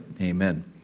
Amen